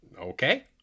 okay